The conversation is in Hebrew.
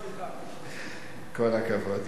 כל הכבוד.